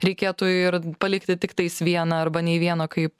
reikėtų ir palikti tiktais vieną arba nei vieno kaip